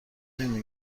نمی